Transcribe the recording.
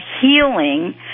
healing